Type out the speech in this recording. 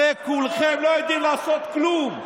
הרי כולכם לא יודעים לעשות כלום.